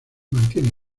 mantiene